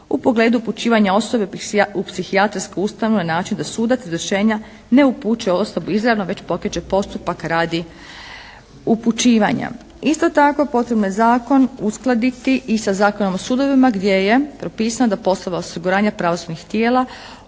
u pogledu upućivanja osobe u psihijatrijsku ustanovu na način da sudac izvršenja ne upućuje osobu izravno već pokreće postupak radi upućivanja. Isto tako potrebno je zakon uskladiti i sa Zakonom o sudovima, gdje je propisano da poslove osiguranja pravosudnih tijela